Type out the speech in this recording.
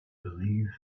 believe